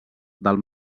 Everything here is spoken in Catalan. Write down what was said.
del